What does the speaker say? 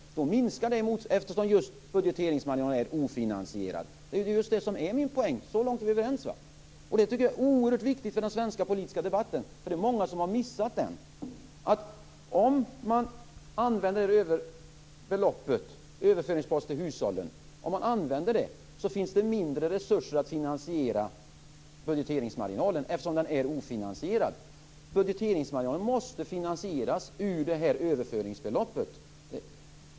Det minskar eftersom just budgeteringsmarginalen är ofinansierad. Det är just det som är min poäng. Så långt är vi överens. Det tycker jag är oerhört viktigt för den svenska politiska debatten. Det är många som har missat att om man använder en överföringspost till hushållen finns det mindre resurser för att finansiera budgeteringsmarginalen, eftersom den är ofinansierad. Budgeteringsmarginalen måste finansieras ur överföringsbeloppet.